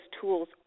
tools